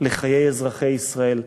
לחיי אזרחי ישראל,